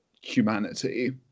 humanity